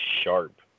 sharp